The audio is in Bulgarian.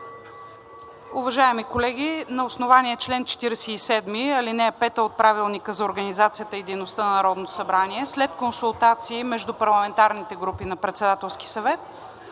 Уважаеми колеги, на основание чл. 47, ал. 5 от Правилника за организацията и дейността на Народно събрание след консултации между парламентарните групи на Председателския съвет